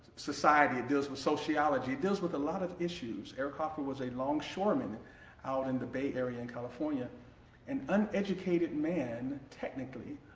society, it deals with sociology, it deals with a lot of issues, eri hoffer was a long shoreman out in the bay area in california an uneducated man, technically,